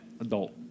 adult